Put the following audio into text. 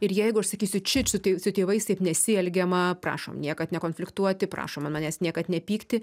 ir jeigu aš sakysiu čič su su tėvais taip nesielgiama prašom niekad nekonfliktuoti prašom an manęs niekad nepykti